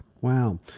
Wow